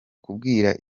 kubwira